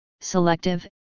selective